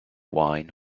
wine